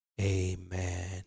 Amen